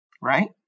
Right